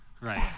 Right